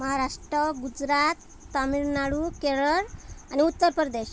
महाराष्ट्र गुजरात तमिळनाडू केरळ आणि उत्तर प्रदेश